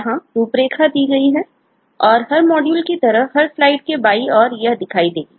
यहां रूपरेखा दी गई है और हर मॉड्यूल की तरह हर स्लाइड के बाईं ओर यह दिखाई देगी